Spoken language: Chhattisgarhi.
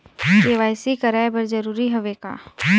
के.वाई.सी कराय बर जरूरी हवे का?